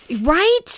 right